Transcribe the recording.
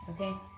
Okay